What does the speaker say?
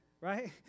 right